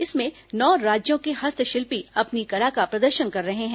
इसमें नौ राज्यों के हस्तशिल्पी अपनी कला का प्रदर्शन कर रहे हैं